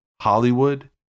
Hollywood